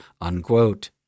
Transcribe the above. unquote